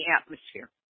atmosphere